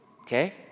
Okay